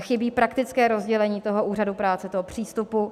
Chybí praktické rozdělení úřadu práce, toho přístupu.